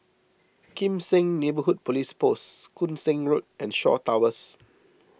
Kim Seng Neighbourhood Police Post Koon Seng Road and Shaw Towers